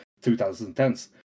2010s